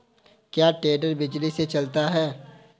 क्या टेडर बिजली से चलता है?